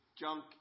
junk